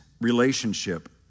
relationship